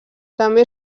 també